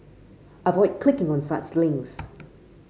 avoid clicking on such links